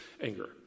anger